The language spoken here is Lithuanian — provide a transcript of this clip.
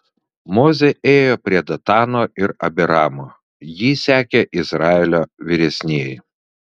mozė ėjo prie datano ir abiramo jį sekė izraelio vyresnieji